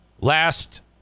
last